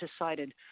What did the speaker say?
decided